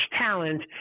talent